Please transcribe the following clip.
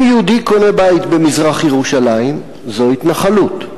אם יהודי קונה בית במזרח-ירושלים, זאת התנחלות,